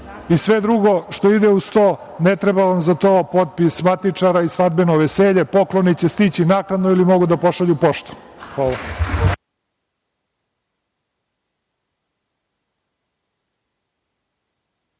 i sve drugo što ide uz to, ne treba vam za to potpis matičara i svadbeno veselje. Pokloni će stići naknadno ili mogu da pošalju poštom.